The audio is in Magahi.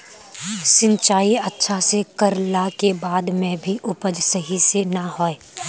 सिंचाई अच्छा से कर ला के बाद में भी उपज सही से ना होय?